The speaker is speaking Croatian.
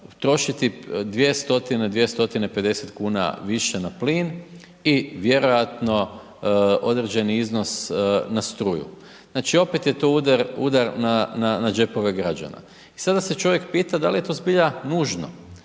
stotine 50 kuna više na plin i vjerojatno određeni iznos na struju. Znači opet je to udar na džepove građana. I sada se čovjek pita da li je to zbilja nužno,